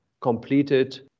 completed